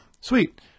Sweet